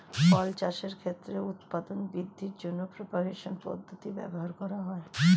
ফল চাষের ক্ষেত্রে উৎপাদন বৃদ্ধির জন্য প্রপাগেশন পদ্ধতি ব্যবহার করা হয়